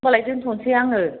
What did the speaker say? होनबालाय दोनथनसै आङो